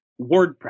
WordPress